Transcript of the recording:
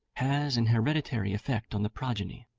has an hereditary effect on the progeny.